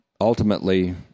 ultimately